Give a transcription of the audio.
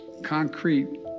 Concrete